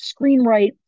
screenwrite